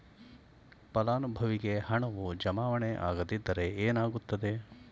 ಫಲಾನುಭವಿಗೆ ಹಣವು ಜಮಾವಣೆ ಆಗದಿದ್ದರೆ ಏನಾಗುತ್ತದೆ?